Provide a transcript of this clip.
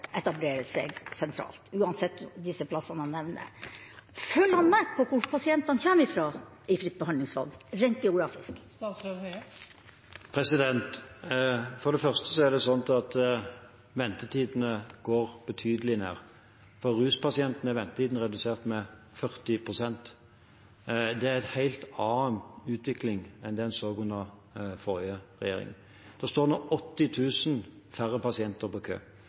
etablerer seg sentralt – uansett om statsråden nevner disse plassene. Følger statsråden med på hvor pasientene kommer fra – reint geografisk – i fritt behandlingsvalg? For det første går ventetidene betydelig ned. For ruspasientene er ventetiden redusert med 40 pst. Det er en helt annen utvikling enn det en så under den forrige regjering. Det står nå 80 000 færre pasienter i kø.